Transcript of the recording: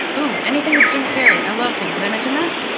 ooh, anything with jim carrey, i love him. did i mention that?